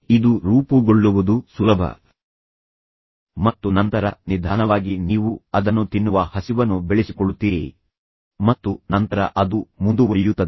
ಇದು ರೂಪುಗೊಳ್ಳುವುದು ಸುಲಭ ಮತ್ತು ನಂತರ ನಿಧಾನವಾಗಿ ನೀವು ಅದನ್ನು ತಿನ್ನುವ ಹಸಿವನ್ನು ಬೆಳೆಸಿಕೊಳ್ಳುತ್ತೀರಿ ಮತ್ತು ನಂತರ ಅದು ಮುಂದುವರಿಯುತ್ತದೆ